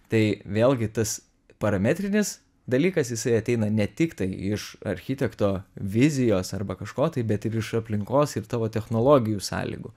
tai vėlgi tas parametrinis dalykas jisai ateina ne tiktai iš architekto vizijos arba kažko tai bet ir iš aplinkos ir tavo technologijų sąlygų